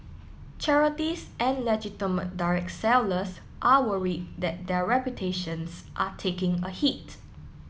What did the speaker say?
charities and legitimate direct sellers are worried that their reputations are taking a hit